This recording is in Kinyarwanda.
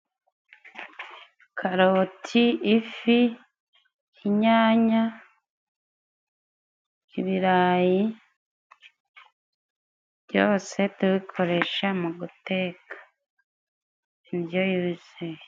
Karoti, ifi, inyanya, ibirayi, byose tubikoreshe muguteka indyo yuzuye.